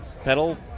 pedal